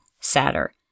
sadder